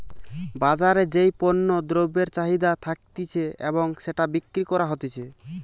বাজারে যেই পণ্য দ্রব্যের চাহিদা থাকতিছে এবং সেটা বিক্রি করা হতিছে